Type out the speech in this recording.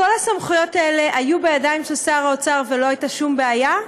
כל הסמכויות האלה היו בידיים של שר האוצר ולא הייתה שום בעיה?